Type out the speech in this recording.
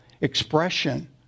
expression